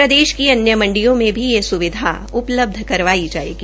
प्रदेश की अन्य मंडियों में भी ये स्विधा उ लब्ध करवाई जायेगी